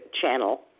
channel